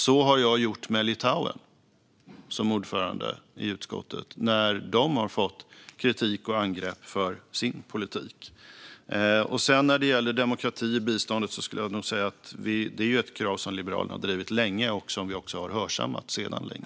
Så har jag som ordförande i utskottet gjort med Litauen när de fått kritik och angrepp för sin politik. När det gäller demokrati i biståndet skulle jag nog säga att det är ett krav som Liberalerna har drivit sedan länge och som vi också har hörsammat sedan länge.